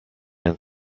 and